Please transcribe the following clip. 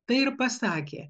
tai ir pasakė